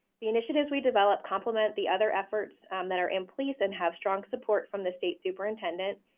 the initiatives we develop complement the other efforts that are in place and have strong support from the state superintendent.